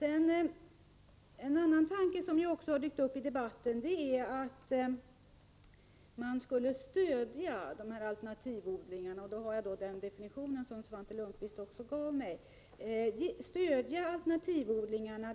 En annan tanke som har dykt upp i debatten är att man skall stödja de s.k. alternativodlarna— jag har då samma definition på alternativ produktion som den Svante Lundkvist här gav.